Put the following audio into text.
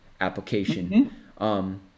application